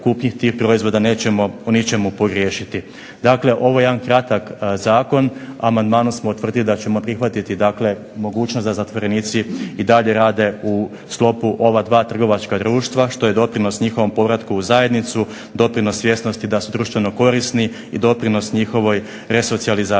u kupnji tih proizvoda nećemo u ničemu pogriješiti. Dakle, ovo je jedan kratak zakon, amandmanom smo utvrdili da ćemo prihvatiti mogućnost da zatvorenici i dalje rade u sklopu ova dva trgovačka društva što je doprinos njihovom povratku u zajednicu, doprinos svjesnosti da su društveno korisni i doprinos njihovoj resocijalizaciji.